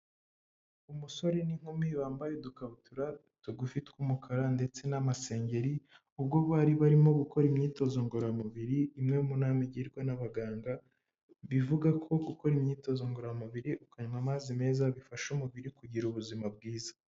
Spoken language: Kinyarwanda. Umusore n'inkumi bambaye udukabutura tugufi tw'umukara ndetse n'amasengeri ubwo bari barimo gukora imyitozo ngororamubiri, imwe mu nama igirwa n'abaganga bivuga ko gukora imyitozo ngororamubiri ukanywa amazi meza bifasha umubiri kugira ubuzima bwiza.